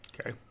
Okay